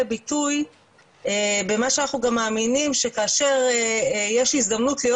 ביטוי במה שאנחנו גם מאמינים שכאשר יש הזדמנות להיות